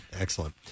excellent